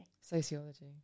Sociology